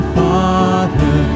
father